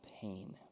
pain